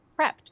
prepped